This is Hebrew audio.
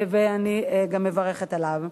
ואני גם מברכת עליו.